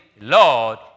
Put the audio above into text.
Lord